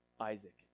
Isaac